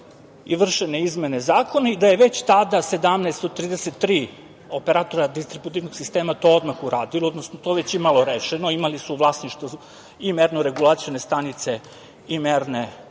i vršene izmene zakona i da je već tada 17 od 33 operatora distributivnog sistema to odmah uradilo, odnosno to već imalo rešeno, imali su u vlasništvu i merno regulacione stanice i merne